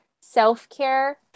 self-care